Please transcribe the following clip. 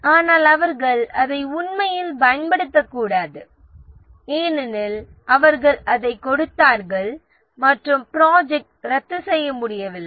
ஆனால் அவர்கள் அதை உண்மையில் பயன்படுத்தக்கூடாது ஏனெனில் அவர்கள் அதைக் கொடுத்தார்கள் மற்றும் ப்ராஜெக்ட்டை ரத்து செய்ய முடியவில்லை